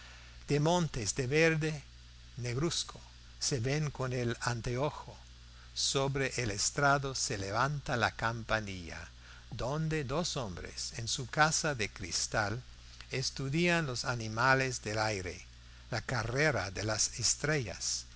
de montes de verde negruzco se ven con el anteojo sobre el estrado se levanta la campanilla donde dos hombres en su casa de cristal estudian los animales del aire la carrera de las estrellas